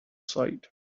sight